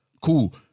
Cool